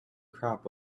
crop